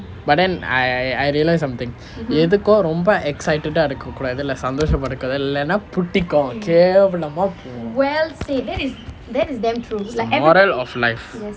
but then I I realise something எதுக்கும் ரொம்ப:ethukkum romba excited ah இருக்க கூடாது லே சந்தோஷம் பட கூடாது இல்லேனா புடிக்கும் கேவலமா:irukka kudaathu illa santhosham pada kudaathu illaenaa pudikkum kevalamaa moral of life